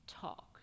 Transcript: talk